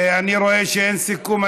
אני רואה שאין סיכום.